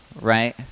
right